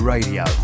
Radio